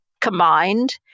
Combined